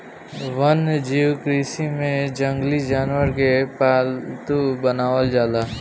वन्यजीव कृषि में जंगली जानवरन के पालतू बनावल जाला